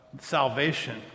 salvation